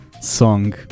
song